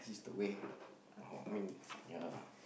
this is they way uh I mean yeah